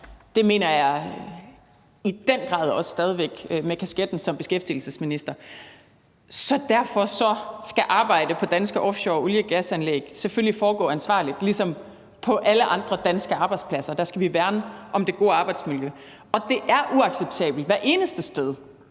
Det mener jeg i den grad også stadig væk med kasketten på som beskæftigelsesminister. Derfor skal arbejdet på danske offshore olie- og gasanlæg selvfølgelig foregå ansvarligt ligesom på alle andre danske arbejdspladser – vi skal værne om det gode arbejdsmiljø. Det er uacceptabelt hvert eneste sted,